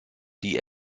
die